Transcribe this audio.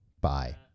Bye